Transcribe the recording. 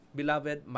Beloved